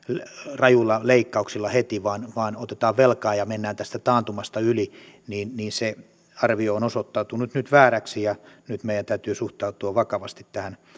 rajuilla leikkauksilla heti vaan vaan otetaan velkaa ja mennään tästä taantumasta yli niin niin se arvio on osoittautunut nyt vääräksi nyt meidän täytyy suhtautua vakavasti tähän